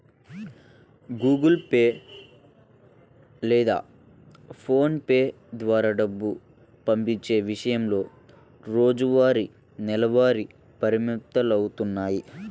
Google Pay లేదా PhonePe ద్వారా డబ్బు పంపించే విషయంలో రోజువారీ, నెలవారీ పరిమితులున్నాయి